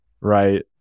right